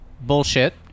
bullshit